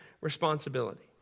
responsibility